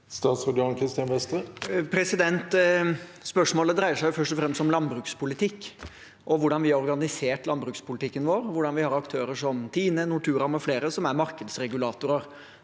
Statsråd Jan Christian Vestre Spørsmå- let dreier seg først og fremst om landbrukspolitikk og hvordan vi har organisert landbrukspolitikken vår, og at vi har aktører som Tine, Nortura mfl., som er markedsregulatorer.